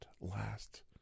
last